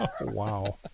Wow